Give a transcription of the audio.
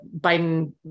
Biden